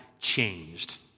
changed